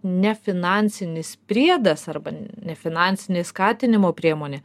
nefinansinis priedas arba nefinansinė skatinimo priemonė